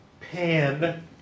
pan